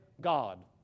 God